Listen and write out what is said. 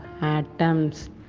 atoms